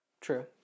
True